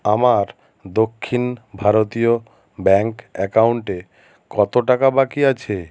আমার দক্ষিণ ভারতীয় ব্যাংক অ্যাকাউন্টে কত টাকা বাকি আছে